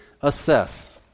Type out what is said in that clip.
assess